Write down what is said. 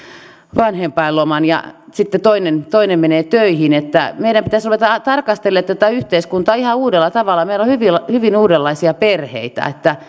vanhempainloman ja sitten toinen toinen menee töihin meidän pitäisi ruveta tarkastelemaan tätä yhteiskuntaa ihan uudella tavalla meillä on hyvin uudenlaisia perheitä